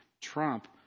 trump